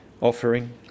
offering